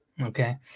okay